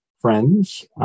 friends